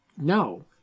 no